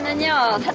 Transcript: know.